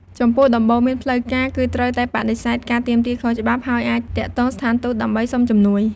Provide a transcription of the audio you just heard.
ចំពោះ ដំបូន្មានផ្លូវការគឺត្រូវតែបដិសេធការទាមទារខុសច្បាប់ ហើយអាចទាក់ទងស្ថានទូតដើម្បីសុំជំនួយ។